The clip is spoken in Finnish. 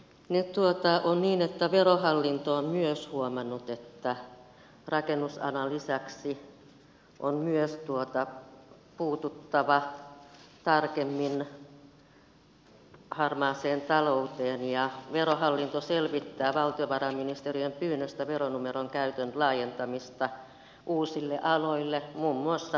nyt on niin että verohallinto on myös huomannut että rakennusalan lisäksi on myös puututtava tarkemmin harmaaseen talouteen ja verohallinto selvittää valtiovarainministeriön pyynnöstä veronumeron käytön laajentamista uusille aloille muun muassa parturi ja kampaamoalalle